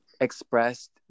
expressed